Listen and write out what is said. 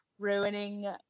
Ruining